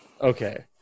Okay